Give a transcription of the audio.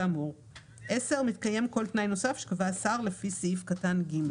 כאמור; (10)מתקיים כל תנאי נוסף שקבע השר לפי סעיף קטן (ג).